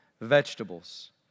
vegetables